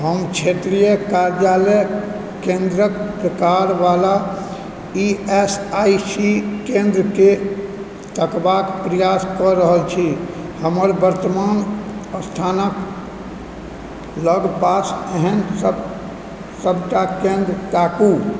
हम क्षेत्रीय कार्यालय केन्द्रक प्रकारवला ई एस आई सी केन्द्रके तकबाक प्रयासकऽ रहल छी हमर वर्त्तमान स्थानक लगपास एहन सबटा केन्द्र ताकू